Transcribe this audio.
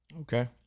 Okay